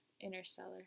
Interstellar